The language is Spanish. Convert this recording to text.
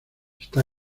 esta